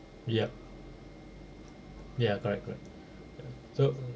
yup ya correct correct so